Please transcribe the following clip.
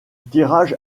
tirage